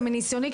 ומניסיוני,